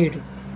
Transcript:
ఏడు